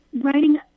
writing